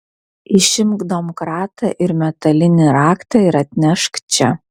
išimk domkratą ir metalinį raktą ir atnešk čia